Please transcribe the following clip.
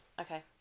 Okay